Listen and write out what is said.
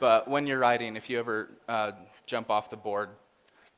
but when you're writing if you ever jump off the board